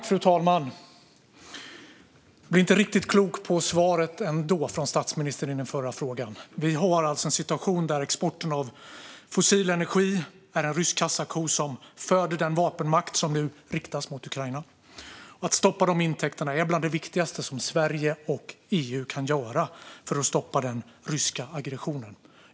Fru talman! Jag blir inte riktigt klok på statsministerns svar på den förra frågan. Vi har alltså en situation där exporten av fossil energi är en rysk kassako som föder den vapenmakt som nu riktas mot Ukraina. Att stoppa de intäkterna är bland det viktigaste Sverige och EU kan göra för att stoppa den ryska aggressionen.